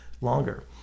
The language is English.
longer